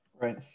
Right